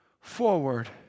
forward